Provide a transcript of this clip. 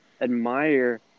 admire